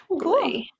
Cool